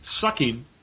sucking